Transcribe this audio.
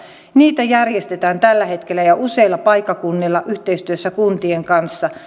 niitä järjestetään tällä hetkellä jo useilla paikkakunnilla yhteistyössä kuntien kanssa